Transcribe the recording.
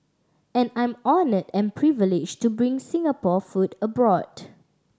and I'm honoured and privileged to bring Singapore food abroad